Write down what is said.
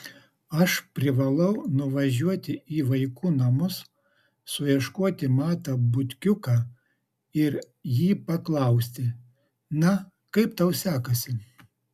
aš privalau nuvažiuoti į vaikų namus suieškoti matą butkiuką ir jį paklausti na kaip tau sekasi